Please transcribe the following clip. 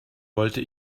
wollte